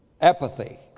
Apathy